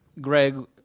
Greg